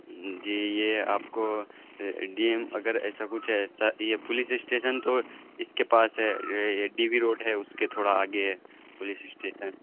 جی یہ آپ کو ڈی ایم اگر ایسا کچھ ہے یہ پولیس اسٹیشن تو اس کے پاس ہے یہ ڈی وی روڈ ہے اس کے تھوڑا آگے ہے پولیس اسٹیسن